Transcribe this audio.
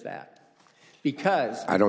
that because i don't